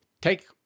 take